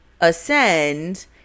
ascend